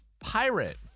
pirate